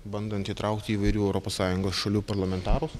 bandant įtraukti įvairių europos sąjungos šalių parlamentarus